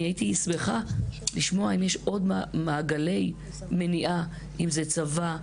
אני הייתי שמחה לשמוע אם יש עוד מעגלי מניעה אם זה צבא,